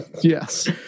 yes